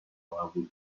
قبول